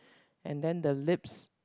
and then the lips